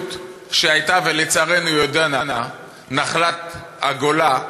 שההתבוללות שהייתה, ולצערנו היא עודנה נחלת הגולה,